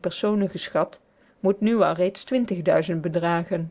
personen geschat moet nu wel reeds bedragen